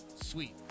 sweet